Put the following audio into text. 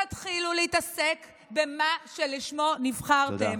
תתחילו להתעסק במה שלשמו נבחרתם,